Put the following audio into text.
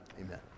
Amen